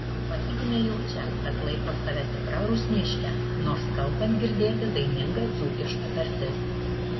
pati gimė jau čia tad laiko save tikra rusniške nors kalbant girdėti daininga dzūkiška tartis